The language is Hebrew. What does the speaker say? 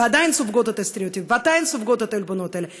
ועדיין סופגות את הסטריאוטיפים ועדיין סופגות את העלבונות האלה.